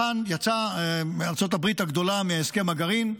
יצאה ארצות הברית הגדולה מהסכם הגרעין,